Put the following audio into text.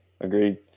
Agreed